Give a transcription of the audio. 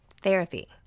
therapy